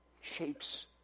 shapes